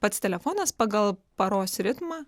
pats telefonas pagal paros ritmą